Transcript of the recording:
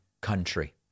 country